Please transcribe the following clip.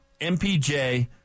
MPJ